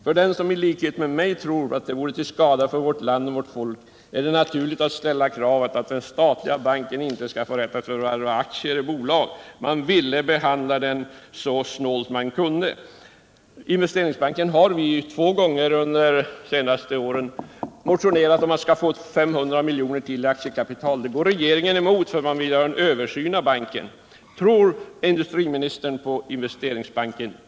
För den som i likhet med mig tror att det vore till skada för vårt land och vårt folk är det naturligt att ställa kravet att den statliga banken inte skall få rätt att förvärva aktier i bolag. Man ville behandla den så snålt man kunde. Två gånger under de senaste åren har vi motionerat om att Investeringsbanken skall få 500 miljoner ytterligare i aktiekapital. Detta går regeringen emot därför att man vill göra en översyn av banken. Tror industriministern på Investeringsbanken?